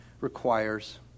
requires